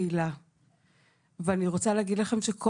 אני בהחלט רואה ושומע את הדברים שהעלית בפתיח.